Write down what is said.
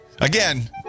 again